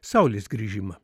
saulės grįžimą